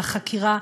לחקירה,